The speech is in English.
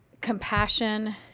compassion